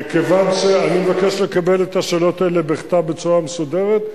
אני מבקש לקבל את השאלות האלה בכתב בצורה מסודרת,